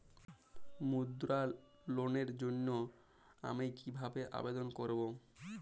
মুদ্রা লোনের জন্য আমি কিভাবে আবেদন করবো?